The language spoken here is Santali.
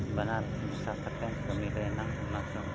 ᱵᱟᱱᱟᱨ ᱢᱮᱥᱟ ᱠᱟᱛᱮᱫ ᱠᱟᱹᱢᱤ ᱨᱮᱱᱟᱜ ᱚᱱᱟ ᱠᱟᱹᱢᱤ